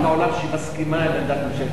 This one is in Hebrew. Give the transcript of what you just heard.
יש מדינה אחת בעולם שמסכימה עם עמדת ממשלת ישראל,